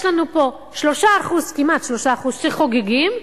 יש לנו פה כמעט 3% שחוגגים,